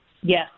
Yes